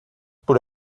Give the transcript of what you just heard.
por